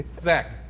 Zach